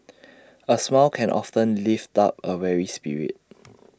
A smile can often lift up A weary spirit